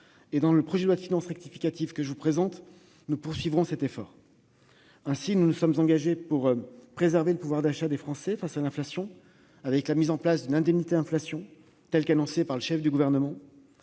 Dans le projet de loi de finances rectificative que je vous présente, nous poursuivons cet effort. Ainsi, nous nous sommes engagés pour préserver le pouvoir d'achat des Français face à l'inflation, grâce à la mise en place de l'indemnité inflation annoncée par le Premier